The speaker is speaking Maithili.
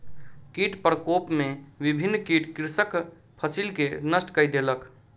कीट प्रकोप में विभिन्न कीट कृषकक फसिल के नष्ट कय देलक